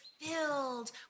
filled